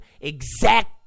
exact